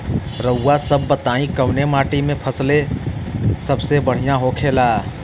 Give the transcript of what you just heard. रउआ सभ बताई कवने माटी में फसले सबसे बढ़ियां होखेला?